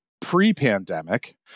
pre-pandemic